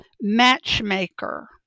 matchmaker